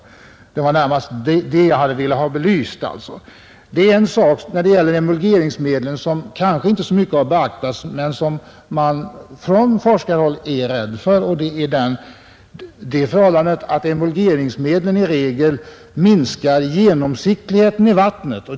Det var närmast den frågan som jag velat ha belyst. Det är en sak när det gäller emulgeringsmedlen som kanske inte så mycket har beaktats men som man från forskarhåll är rädd för, och det är det förhållandet att emulgeringsmedlen i regel minskar genomsiktligheten i vattnet.